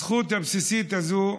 הזכות הבסיסית הזאת,